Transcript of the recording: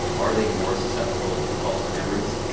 are they more susceptible to false memories?